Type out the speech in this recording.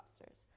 officers